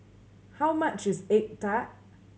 how much is egg tart